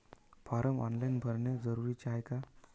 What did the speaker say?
Form online भरने जरुरीचे हाय का?